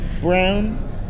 brown